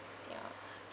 ya